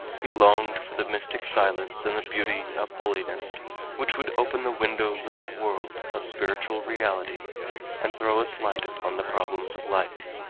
he longed for the mystic silence and the beauty of holiness which would open the windows of the world of spiritual reality and throw its light upon the problems of life.